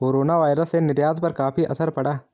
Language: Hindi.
कोरोनावायरस से निर्यात पर काफी असर पड़ा